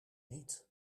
niet